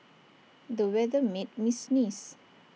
the weather made me sneeze